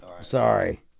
Sorry